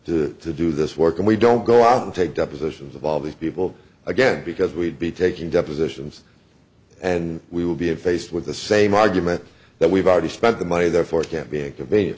get to do this work and we don't go out and take depositions of all these people again because we'd be taking depositions and we will be effaced with the same argument that we've already spent the money therefore it can't be